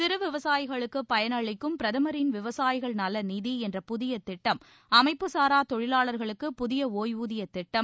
சிறு விவசாயிகளுக்கு பயனளிக்கும் பிரதமரின் விவசாயிகள் நல நிதி என்ற புதிய திட்டம் அமைப்புசாரா தொழிலாளர்களுக்கு புதிய ஓய்வூதியத் திட்டம்